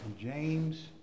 James